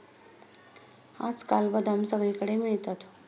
आजकाल बदाम सगळीकडे मिळतात